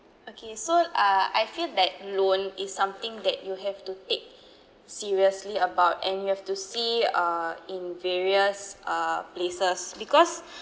okay so uh I feel that loan is something that you have to take seriously about and you have to see uh in various uh places because